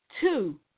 two